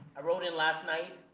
i wrote in last night,